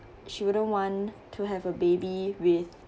she wouldn't want to have a baby with